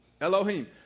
Elohim